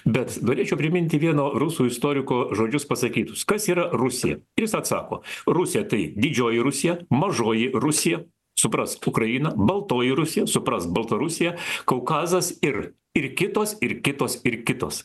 bet norėčiau priminti vieno rusų istoriko žodžius pasakytus kas yra rusija ir jis atsako rusija tai didžioji rusija mažoji rusija suprask ukraina baltoji rusija suprask baltarusija kaukazas ir ir kitos ir kitos ir kitos